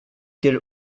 quelle